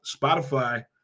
Spotify